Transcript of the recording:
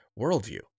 worldview